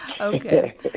Okay